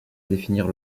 définir